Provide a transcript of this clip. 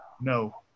no